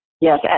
Yes